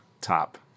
top